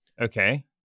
Okay